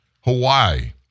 Hawaii